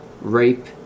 rape